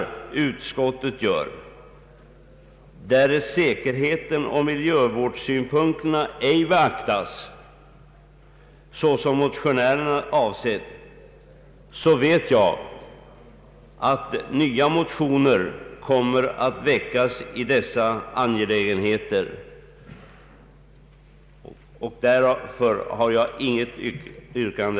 Därest säkerheten och miljövårdssynpunkterna ej beaktas, såsom motionärerna avsett, vet jag att nya motioner kommer att väckas i dessa angelägenheter. Herr talman! Jag har inget yrkande.